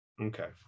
Okay